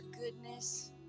goodness